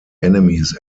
enemies